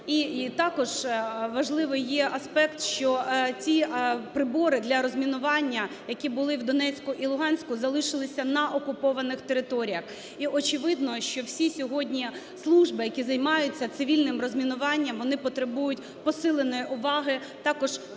також важливий є аспект, що ті прибори для розмінування, які були в Донецьку і Луганську, залишилися на окупованих територіях. І, очевидно, що всі сьогодні служби, які займаються цивільним розмінуванням, вони потребують посиленої уваги, також